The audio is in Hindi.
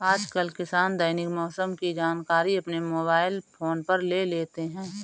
आजकल किसान दैनिक मौसम की जानकारी अपने मोबाइल फोन पर ले लेते हैं